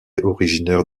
originaire